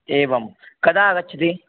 एवं कदा आगच्छति